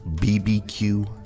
B-B-Q